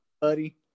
buddy